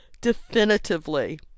Definitively